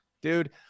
dude